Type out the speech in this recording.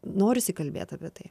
norisi kalbėt apie tai